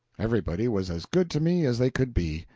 everybody was as good to me as they could be,